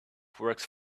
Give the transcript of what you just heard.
works